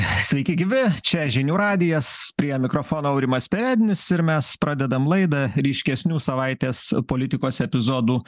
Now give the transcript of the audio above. sveiki gyvi čia žinių radijas prie mikrofono aurimas perednis ir mes pradedam laidą ryškesnių savaitės politikos epizodų